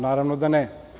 Naravno da ne.